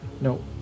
no